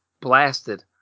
blasted